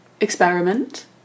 experiment